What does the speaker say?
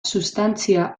substantzia